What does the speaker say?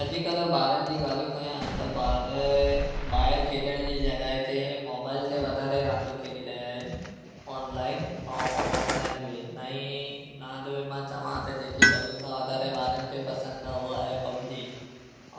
अॼुकल्ह ॿारनि जी ॻाल्हियूं कयां त ॿार ॿाहिरि खेॾण जी जॻहि ते मोबाइल ते वधारे रांदियूं खेॾी रहिया आहे ऑनलाइन ऐं ऑफ़लाइन बि नईं रांदि में मां चवां त जेकी सभिनि खां वधारे ॿारनि खे पसंदि आहे उहा आहे पबजी